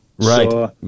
Right